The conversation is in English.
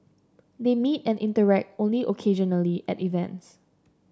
they meet and interact only occasionally at events